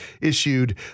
issued